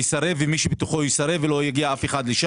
לא הבנתי מה זה אזורי חץ.